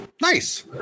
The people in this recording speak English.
nice